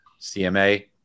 CMA